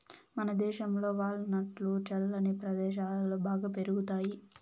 మనదేశంలో వాల్ నట్లు చల్లని ప్రదేశాలలో బాగా పెరుగుతాయి